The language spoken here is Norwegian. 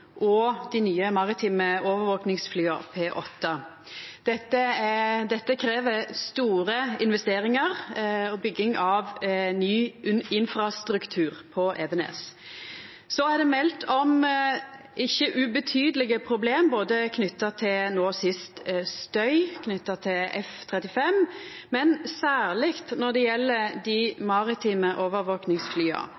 og dei nye maritime overvakingsflya, P-8. Dette krev store investeringar og bygging av ny infrastruktur på Evenes. Så er det meldt om ikkje ubetydelege problem, no sist med støy knytt til F-35, men særleg når det gjeld dei